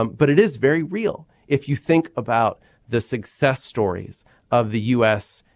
but it is very real. if you think about the success stories of the u s.